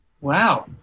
Wow